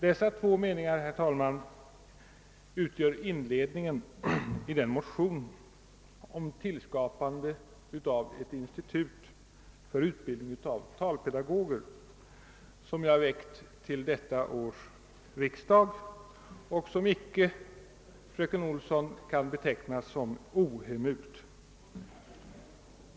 Dessa två meningar utgör, herr talman, inledningen i den motion om skapande av ett institut för utbildning av talpedagoger som jag väckt till detta års riksdag och som fröken Olsson icke kan beteckna som ohemult.